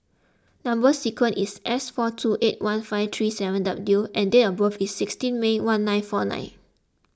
Number Sequence is S four two eight one five three seven W and date of birth is sixteen May one nine four nine